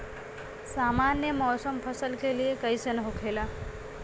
सामान्य मौसम फसल के लिए कईसन होखेला?